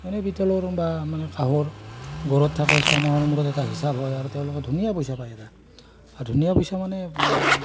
এনেই পিতলৰ বা কাঁহৰ ঘৰত থাকে ছমাহৰ মূৰত এটা হিচাপ হয় আৰু তেওঁলোকে ধুনীয়া পইচা পায় এটা ধুনীয়া পইচা মানে